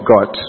God